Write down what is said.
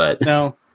No